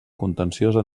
contenciosa